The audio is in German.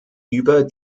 über